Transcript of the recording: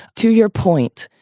to your point,